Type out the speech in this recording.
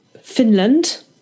Finland